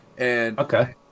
Okay